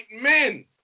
men